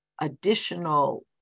additional